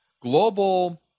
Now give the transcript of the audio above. global